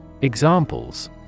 Examples